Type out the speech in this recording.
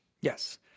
Yes